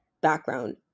background